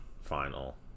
final